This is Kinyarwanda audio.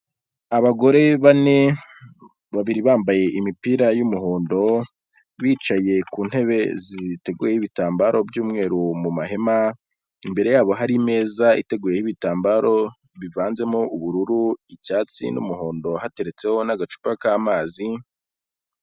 Abagore bane, babiri bambaye imipira y'umuhondo, bicaye ku ntebe ziguyeho ibitambaro by'umweru mu mahema, imbere yabo hari meza iteguyeho ibitambaro bivanzemo ubururu, icyatsi, n'umuhondo, hateretseho n'agacupa k'amazi.